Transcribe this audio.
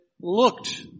looked